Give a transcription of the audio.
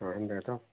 ଆଣିବେ ତ